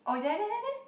oh there there there there